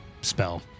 spell